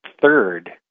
third